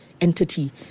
entity